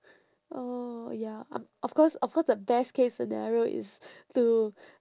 oh ya of of course of course the best case scenario is to